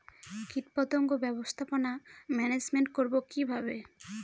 কীটপতঙ্গ ব্যবস্থাপনা ম্যানেজমেন্ট করব কিভাবে?